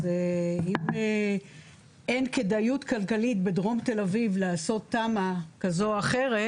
אז אם אין כדאיות כלכלית בדרום תל אביב לעשות תמ"א כזאת או אחרת